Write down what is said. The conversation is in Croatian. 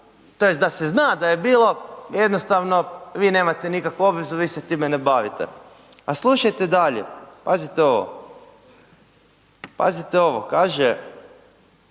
tj. da se zna da je bilo jednostavno vi nemate nikakvu obvezu, vi se time ne bavite. A slušajte dalje, pazite ovo, pazite ovo, kaže,